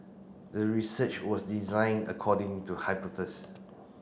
the research was designed according to